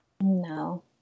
No